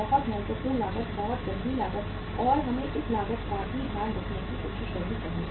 बहुत महत्वपूर्ण लागत बहुत गंभीर लागत और हमें इस लागत का भी ध्यान रखने की कोशिश करनी चाहिए